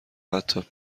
حتی